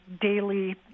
daily